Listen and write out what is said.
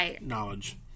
knowledge